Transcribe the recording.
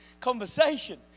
conversation